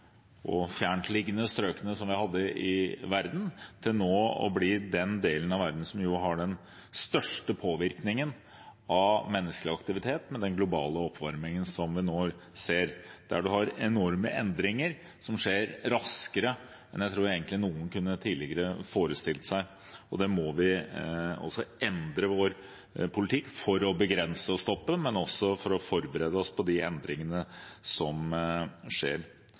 og fjerntliggende strøkene i verden, mot nå å være den delen av verden som er mest påvirket av menneskelig aktivitet, med den globale oppvarmingen som vi nå ser, og med de enorme endringene, som skjer raskere enn jeg tror noen tidligere kunne forestille seg. Det må vi endre vår politikk for å begrense og stoppe, men også for å forberede oss på de endringene som skjer.